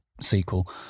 sequel